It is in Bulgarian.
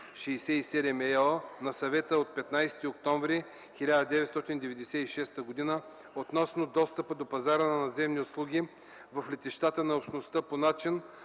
96/67/ЕО на Съвета от 15 октомври 1996 г. относно достъпа до пазара на наземни услуги в летищата на Общността. Според